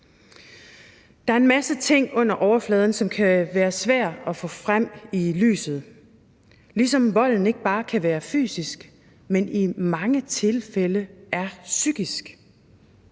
Der er en masse ting under overfladen, som det kan være svært at få frem i lyset, ligesom volden ikke bare kan være fysisk, men i mange tilfælde er psykisk.